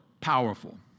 powerful